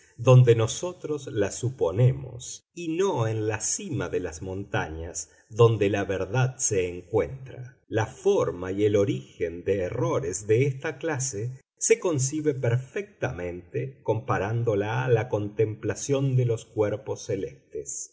donde nosotros la suponemos y no en la cima de las montañas donde la verdad se encuentra la forma y el origen de errores de esta clase se concibe perfectamente comparándola a la contemplación de los cuerpos celestes